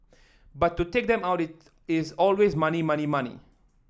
but to take them out is always money money money